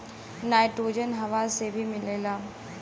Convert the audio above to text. nitrogen हवा से भी मिलेला